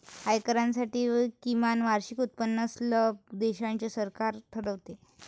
आयकरासाठी किमान वार्षिक उत्पन्न स्लॅब देशाचे सरकार ठरवते